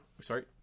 Sorry